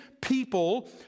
people